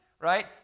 right